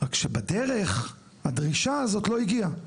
רק שבדרך, הדרישה הזאת לא הגיעה.